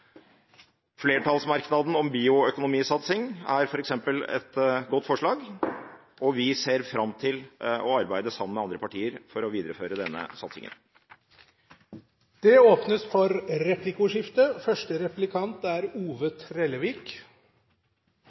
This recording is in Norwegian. Flertallsmerknaden om bioøkonomisatsing er f.eks. et godt forslag, og vi ser fram til å arbeide sammen med andre partier for å videreføre denne